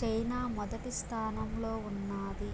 China మొదటి స్థానంలో ఉన్నాది